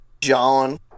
John